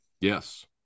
yes